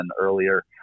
earlier